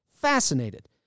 Fascinated